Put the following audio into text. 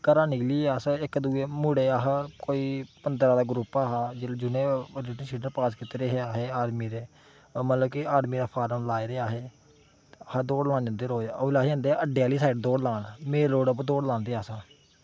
घरा निकली अस इक दूए मुड़े अह् कोई पंदरां दा ग्रुप हा जिनें रिटन शिटन पास कीते दे हे अहें आर्मी दे मतलब कि आर्मी दे फार्म लाए दे अहें ते अह् दौड़ लान जंदे रोज ओल्लै अह् जंदे अड्डे आह्ली साइड दौड़ लान मेन रौड़ै उप्पर दौड़ लांदे हे अस